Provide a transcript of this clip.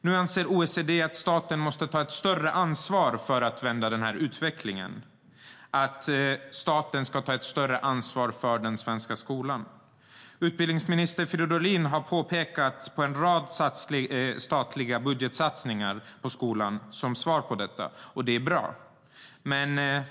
Nu anser OECD att staten måste ta ett större ansvar för att vända utvecklingen. Staten måste ta ett större ansvar för den svenska skolan. Utbildningsminister Fridolin har som svar på detta pekat på en rad statliga budgetsatsningar på skolan, och det är bra.